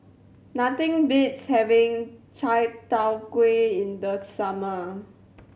nothing beats having Chai Tow Kuay in the summer